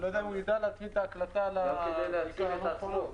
אני לא יודע אם הוא ידע להצמיד את ההקלטה --- לא כדי להציל את עצמו,